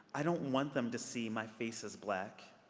i don't want them to see my face is black.